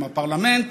עם הפרלמנט,